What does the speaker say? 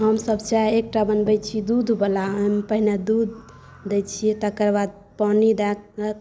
हमसब चाइ एकटा बनबै छी दूधवला ओहिमे पहिने दूध दै छिए तकर बाद पानि दऽ कऽ